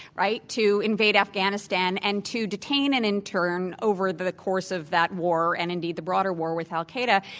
right, to invade afghanistan and to detain an intern over the course of that war, and indeed the broader war with al qaeda,